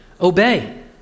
obey